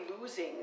losing